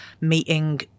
meeting